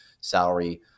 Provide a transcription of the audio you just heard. salary